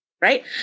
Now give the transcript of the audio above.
right